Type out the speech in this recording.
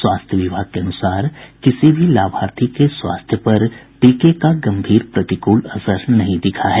स्वास्थ्य विभाग के अनुसार किसी भी लाभार्थी के स्वास्थ्य पर टीके का गम्भीर प्रतिकूल असर नहीं दिखा है